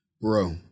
Bro